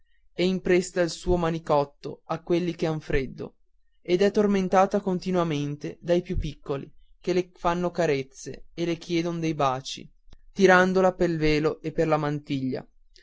tosse impresta il suo manicotto a quelli che han freddo ed è tormentata continuamente dai più piccoli che le fanno carezze e le chiedon dei baci tirandola pel velo e per la mantiglia